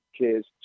kids